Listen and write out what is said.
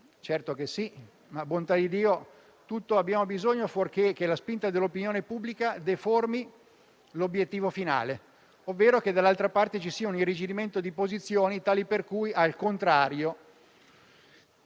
Certo che sì, ma - bontà di Dio - di tutto abbiamo bisogno, fuorché che la spinta dell'opinione pubblica deformi l'obiettivo finale, facendo sì che dall'altra parte ci sia un irrigidimento di posizioni tale per cui, al contrario,